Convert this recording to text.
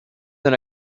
than